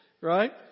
right